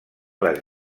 les